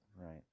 right